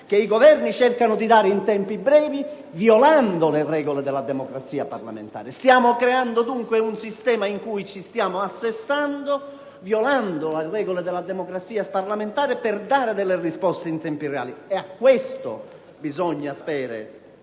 i Governi cercano di rispondere in tempi brevi violando le regole della democrazia parlamentare. Stiamo creando dunque un sistema, in cui ci stiamo assestando, che vìola le regole della democrazia parlamentare per dare delle risposte in tempo reale. A questo bisogna saper